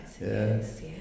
yes